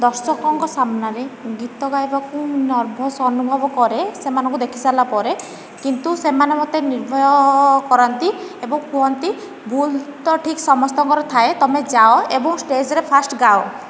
ଦର୍ଶକଙ୍କ ସାମ୍ନାରେ ଗୀତ ଗାଇବାକୁ ନର୍ଭସ୍ ଅନୁଭବ କରେ ସେମାନଙ୍କୁ ଦେଖିସାରିଲାପରେ କିନ୍ତୁ ସେମାନେ ମତେ ନିର୍ଭୟ କରାନ୍ତି ଏବଂ କୁହନ୍ତି ଭୁଲ ତ ଠିକ୍ ସମସ୍ତଙ୍କର ଥାଏ ତୁମେ ଯାଅ ଏବଂ ଷ୍ଟେଜରେ ଫାଷ୍ଟ ଗାଅ